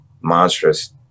monstrous